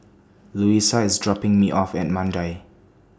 Louisa IS dropping Me off At Mandai